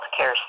healthcare